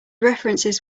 references